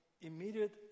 immediate